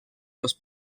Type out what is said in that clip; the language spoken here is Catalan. dos